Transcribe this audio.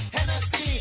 Hennessy